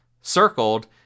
circled